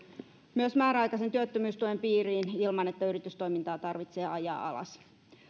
myös otettu määräaikaisen työttömyystuen piiriin ilman että yritystoimintaa tarvitse ajaa alas